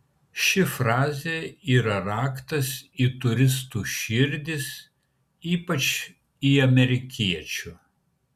ši frazė yra raktas į turistų širdis ypač į amerikiečių